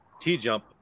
T-Jump